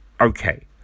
okay